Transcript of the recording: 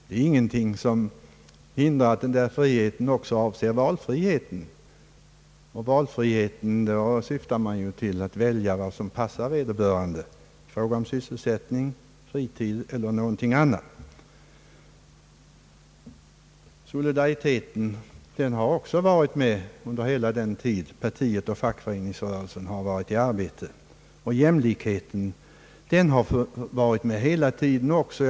Det är ingenting som hindrar att den friheten också avser valfriheten. Då syftar jag till att vederbörande skall få välja vad som passar honom i fråga om sysselsättning, fritid eller någonting annat. Solidariteten har också funnits med under hela den tid partiet och fackföreningsrörelsen har varit i arbete. Även jämlikheten har under hela denna tid varit med i bilden.